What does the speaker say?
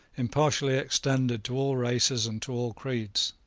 impartially extended to all races and to all creeds.